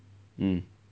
mm